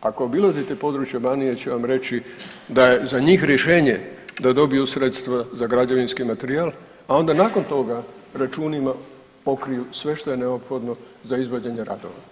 ako obilazite područje Banije će vam reći da je za njih rješenje da dobiju sredstva za građevinski materijal, a onda nakon toga računima pokriju sve što je neophodno za izvođenje radova.